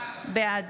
בעד